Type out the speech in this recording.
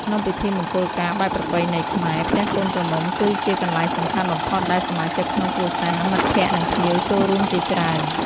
ក្នុងពិធីមង្គលការបែបប្រពៃណីខ្មែរ ផ្ទះកូនក្រមុំ គឺជាកន្លែងសំខាន់បំផុតដែលសមាជិកក្នុងគ្រួសារ មិត្តភក្តិ និងភ្ញៀវចូលរួមជាច្រើន។